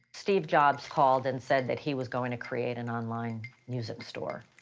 steve jobs called and said that he was going to create an online music store.